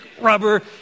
rubber